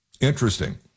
Interesting